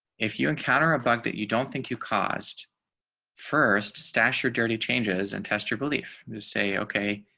if you encounter a bug that you don't think you caused first stash or dirty changes and test your belief to say, okay,